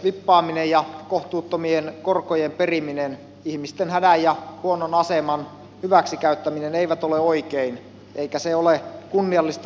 vippaaminen ja kohtuuttomien korkojen periminen ihmisten hädän ja huonon aseman hyväksi käyttäminen ei ole oikein eikä se ole kunniallista liiketoimintaa